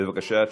בבקשה.